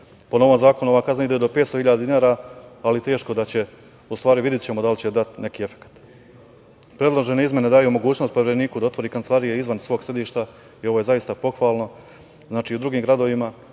Po novom zakonu ova kazna ide do 500.000 dinara, ali teško da će, u stvari videćemo da li će dati neki efekat. Predložene izmene daju mogućnost Povereniku da otvori kancelarija izvan svog sedišta i ovo je zaista pohvalno, znači i u drugim gradovima,